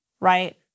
right